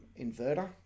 inverter